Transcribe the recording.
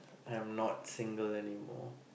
I am not single anymore